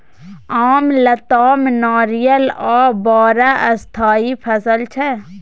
आम, लताम, नारियर आ बरहर स्थायी फसल छै